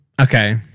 okay